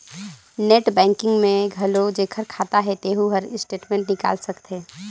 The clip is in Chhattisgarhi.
नेट बैंकिग में घलो जेखर खाता हे तेहू हर स्टेटमेंट निकाल सकथे